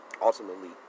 ultimately